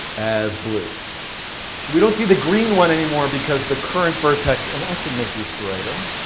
as blue. so we don't see the green one anymore because the current vertex and i should make these brighter.